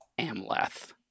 Amleth